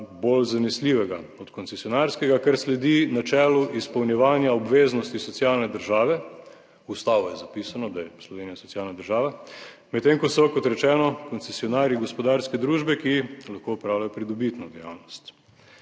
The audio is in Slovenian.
bolj zanesljivega od koncesionarskega, kar sledi načelu izpolnjevanja obveznosti socialne države- v Ustavo je zapisano, da je Slovenija socialna država -, medtem ko so, kot rečeno, koncesionarji gospodarske družbe, ki lahko opravljajo pridobitno dejavnost.